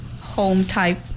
home-type